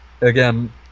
again